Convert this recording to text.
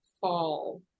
fall